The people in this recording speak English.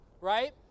right